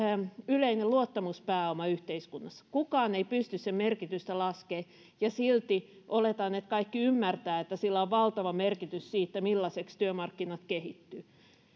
yleinen luottamuspääoma yhteiskunnassa kukaan ei pysty sen merkitystä laskemaan ja silti oletan että kaikki ymmärtävät että sillä on valtava merkitys siinä millaiseksi työmarkkinat kehittyvät